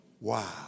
Wow